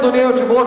אדוני היושב-ראש,